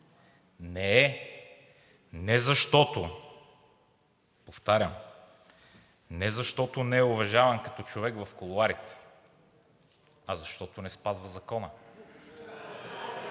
не е, защото – повтарям – не защото не е уважаван като човек в кулоарите, а защото не спазва закона.